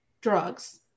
drugs